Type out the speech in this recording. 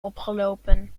opgelopen